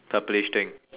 purplish thing